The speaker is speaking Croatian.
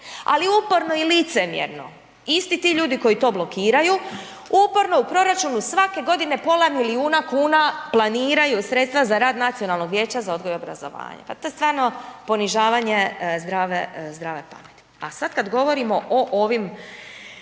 ali uporno i licemjerno isti ti ljudi koji to blokiraju uporno u proračunu svake godine pola milijuna kuna planiraju sredstva za rad Nacionalnog vijeća za odgoj i obrazovanje, pa to je stvarno ponižavanje zdrave, zdrave pameti. A sad kad govorimo o ovim